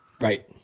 Right